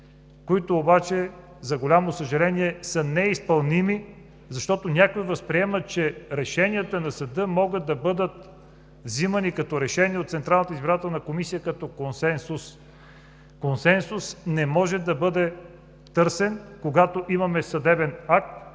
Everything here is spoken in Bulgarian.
които обаче, за голямо съжаление, са неизпълними, защото някой възприема, че решенията на съда могат да бъдат взимани като решения от Централната избирателна комисия като консенсус. Консенсус не може да бъде търсен, когато имаме съдебен акт,